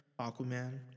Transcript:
Aquaman